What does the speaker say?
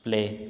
play